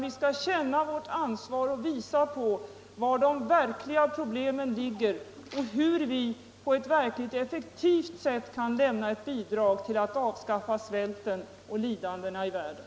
Vi skall känna vårt ansvar och visa var de verkliga problemen ligger och hur vi verkligt effektivt kan lämna ett bidrag för att avskaffa svälten och lidandena i världen.